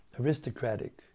aristocratic